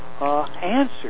answer